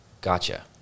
Gotcha